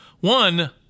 One